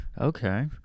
Okay